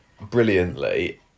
brilliantly